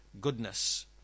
goodness